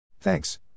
Thanks